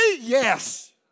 Yes